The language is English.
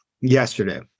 yesterday